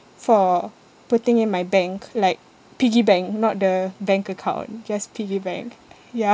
for putting in my bank like piggy bank not the bank account just piggy bank